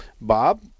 Bob